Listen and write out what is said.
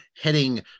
heading